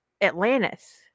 Atlantis